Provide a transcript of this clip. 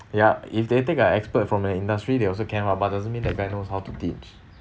ya if they take a expert from an industry they also can [what] but doesn't mean that guy knows how to teach